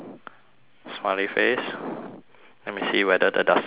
smiley face let me see whether the duster actually works